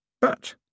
But